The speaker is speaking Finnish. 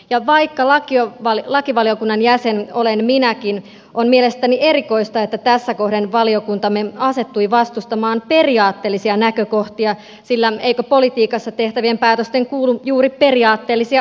ja vaikka lakivaliokunnan jäsen olen minäkin on mielestäni erikoista että tässä kohden valiokuntamme asettui vastustamaan periaatteellisia näkökohtia sillä eikö politiikassa tehtävien päätösten kuulu juuri periaatteellisia ollakin